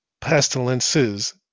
pestilences